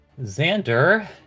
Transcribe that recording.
xander